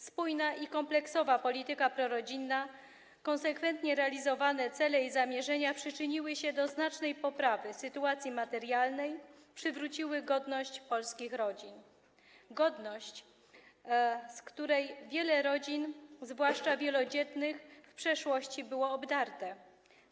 Spójna i kompleksowa polityka prorodzinna, konsekwentnie realizowane cele i zamierzenia przyczyniły się do znacznej poprawy sytuacji materialnej, przywróciły godność polskich rodzin, godność, z której wiele rodzin, zwłaszcza wielodzietnych, w przeszłości zostało obdarte.